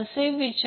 1 watt आहे